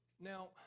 Now